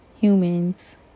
humans